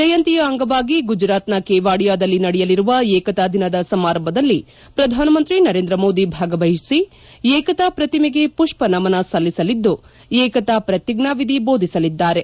ಜಯಂತಿಯ ಅಂಗವಾಗಿ ಗುಜರಾತ್ನ ಕೆವಾಡಿಯಾದಲ್ಲಿ ನಡೆಯಲಿರುವ ಏಕತಾ ದಿನದ ಸಮಾರಂಭದಲ್ಲಿ ಪ್ರಧಾನಮಂತ್ರಿ ನರೇಂದ್ರ ಮೋದಿ ಭಾಗವಹಿಸಿ ಏಕತಾ ಪ್ರತಿಮೆಗೆ ಪುಷ್ಪ ನಮನ ಸಲ್ಲಿಸಲಿದ್ದು ಏಕತಾ ಪ್ರತಿಜ್ವಾವಿಧಿ ಬೋಧಿಸಲಿದ್ದಾರೆ